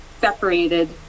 separated